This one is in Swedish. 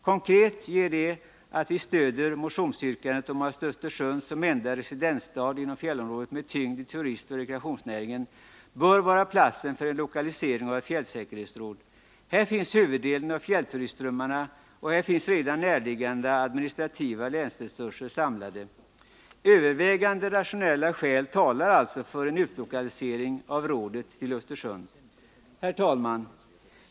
Konkret innebär det att vi stöder motionsyrkandet om att Östersund, som den enda residensstaden inom fjällänsområdena med tyngd i turistoch rekreationsnäringen, bör vara platsen för en lokalisering av ett fjällsäkerhetsråd. Här finns huvuddelen av fjällturistströmmarna, och här finns redan närliggande administrativa länsresurser samlade. Övervägande rationella skäl talar alltså för en utlokalisering av rådet till Östersund. Herr talman!